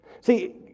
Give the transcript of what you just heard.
See